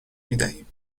میدهیم